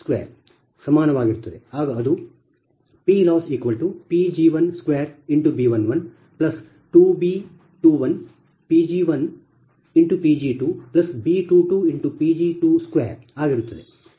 ಆಗ ಅದು PLossPg12B112B21Pg1Pg2B22Pg22 ಆಗಿರುತ್ತದೆ